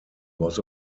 was